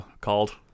called